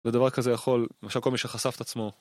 ודבר כזה יכול, למשל כל מי שחשף את עצמו,